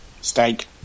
Steak